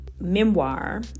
memoir